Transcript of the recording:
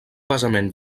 basament